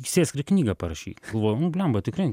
sėsk ir knygą parašyk galvoju nu blemba tikrai